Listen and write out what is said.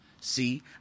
See